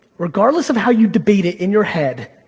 regardless of how you debate it in your head,